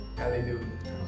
hallelujah